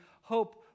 hope